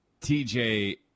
TJ